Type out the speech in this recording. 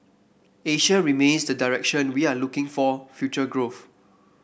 Asia remains the direction we are looking for future growth